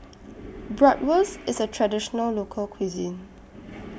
Bratwurst IS A Traditional Local Cuisine